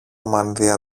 μανδύα